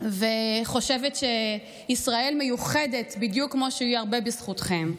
וחושבת שישראל מיוחדת בדיוק כמו שהיא הרבה בזכותכם.